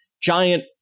giant